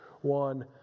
one